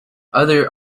other